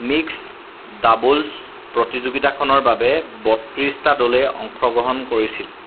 mixed doubles প্ৰতিযোগিতাখনৰ বাবে বত্ৰিছটা দলে অংশগ্ৰহণ কৰিছিল